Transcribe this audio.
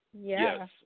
Yes